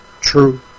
True